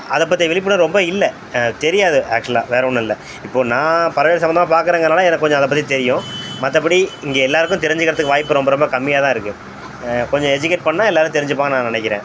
அதை பற்றிய விழிப்புணர்வு ரொம்ப இல்லை தெரியாது ஆக்ஷுலா வேற ஒன்றும் இல்லை இப்போது நான் பறவைகள் சம்மந்தமாக பார்க்கறங்கனால எனக்கு கொஞ்சம் அதை பற்றி தெரியும் மற்றபடி இங்கே எல்லாருக்கும் தெரிஞ்சிக்கிறத்துக்கு வாய்ப்பு ரொம்ப ரொம்ப கம்மியாக தான் இருக்குது கொஞ்சம் எஜுகேட் பண்ணால் எல்லாரும் தெரிஞ்சிப்பாங்கனு நான் நினைக்கிறேன்